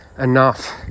enough